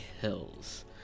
hills